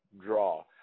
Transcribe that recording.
draw